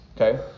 Okay